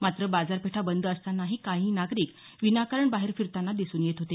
मात्र बाजारपेठा बंद असतांनाही काही नागरिक विनाकारण बाहेर फिरतांना दिसून येत होते